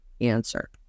answer